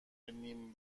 نیم